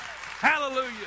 hallelujah